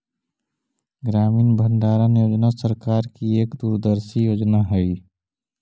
ग्रामीण भंडारण योजना सरकार की एक दूरदर्शी योजना हई